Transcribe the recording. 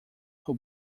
who